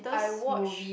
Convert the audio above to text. I watch